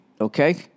okay